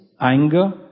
anger